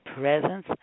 presence